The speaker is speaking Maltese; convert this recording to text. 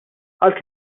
għal